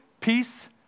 peace